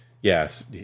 yes